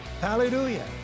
hallelujah